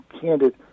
candid